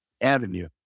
avenue